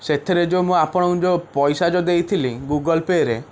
ସେଥିରେ ଯେଉଁ ମୁଁ ଆପଣଙ୍କୁ ଯେଉଁ ପଇସା ଯେଉଁ ଦେଇଥିଲି ଗୁଗୁଲପେରେ